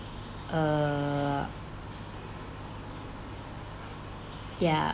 err ya